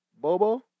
Bobo